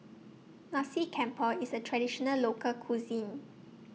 Nasi Campur IS A Traditional Local Cuisine